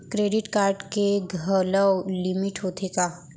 Credit card के घलव limit होथे का?